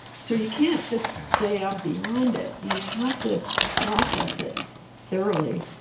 so, you can't just say, i'm beyond it. you have to process it thoroughly.